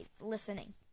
listening